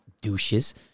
douches